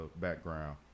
background